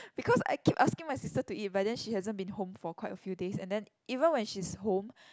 because I keep asking my sister to eat but then she hasn't been home for quite a few days and then even when she's home